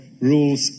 rules